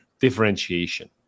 differentiation